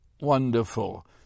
wonderful